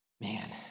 Man